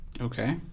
Okay